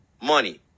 money